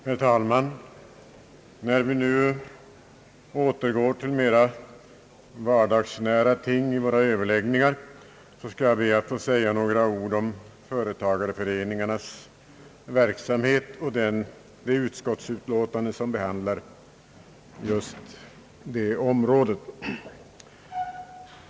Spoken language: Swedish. Herr talman! När vi nu ingår på mera vardagsnära ting vid våra överläggningar, skall jag be att få säga några ord om företagareföreningarnas verksamhet och det utskottsutlåtande som behandlar detta område.